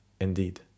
Indeed